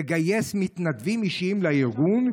לגייס מתנדבים אישיים לארגון,